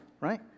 right